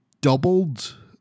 doubled